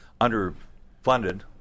underfunded